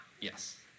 Yes